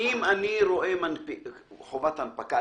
למה חובת ההנפקה?